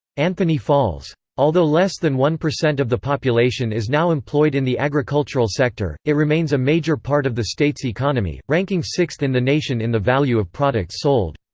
anthony falls. although less than one percent of the population is now employed in the agricultural sector, it remains a major part of the state's economy, ranking sixth in the nation in the value of products sold.